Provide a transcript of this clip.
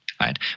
right